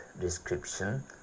description